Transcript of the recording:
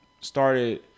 started